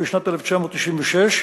1996,